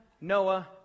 Noah